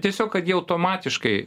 tiesiog kad ji automatiškai